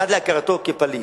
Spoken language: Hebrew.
בדרך, עד להכרתו כפליט.